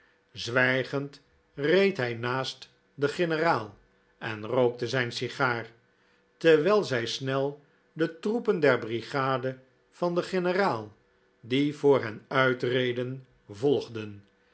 zwijgead reed hij naa s t den generaal en rookte zijn sigaar terwijl zij snel de troepen der brigade van den generaal die voor hen uitreden volgden